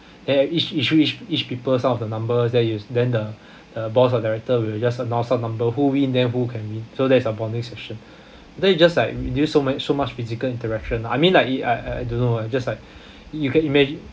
err each each each each people some of the number that you then the the boss or director will just announce some number who win then who can win so that's a bonding session then you just like reduce so many so much physical interaction I mean like err I I I don't know ah just like you can imagine